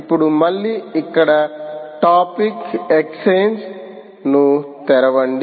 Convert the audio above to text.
ఇప్పుడు మళ్ళీ ఇక్కడ టాపిక్ఎక్స్ఛేంజ్ ను తెరవండి